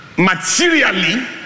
materially